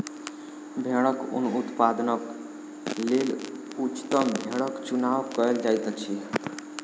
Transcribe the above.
भेड़क ऊन उत्पादनक लेल उच्चतम भेड़क चुनाव कयल जाइत अछि